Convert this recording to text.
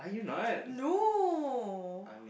no